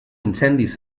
incendis